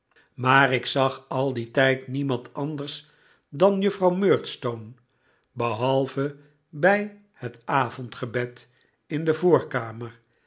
maar ik zag al dien tijd niemand anders dan juffrouw murdstone behalve bij het avondgebed in de voorkamer